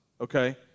okay